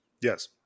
Yes